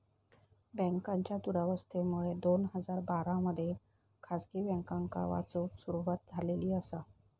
बँकांच्या दुरावस्थेमुळे दोन हजार बारा मध्ये खासगी बँकांका वाचवूक सुरवात झालेली आसा